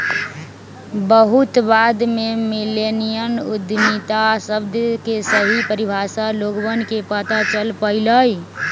बहुत बाद में मिल्लेनियल उद्यमिता शब्द के सही परिभाषा लोगवन के पता चल पईलय